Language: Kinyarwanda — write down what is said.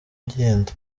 agenda